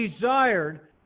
desired